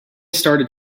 started